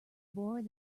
bored